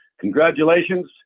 Congratulations